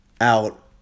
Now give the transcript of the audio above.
out